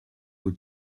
aux